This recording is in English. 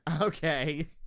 Okay